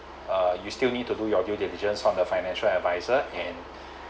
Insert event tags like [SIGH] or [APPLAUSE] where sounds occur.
uh you still need to do your due diligence from the financial adviser and [BREATH]